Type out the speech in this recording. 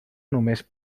només